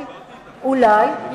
דיברתי אתך.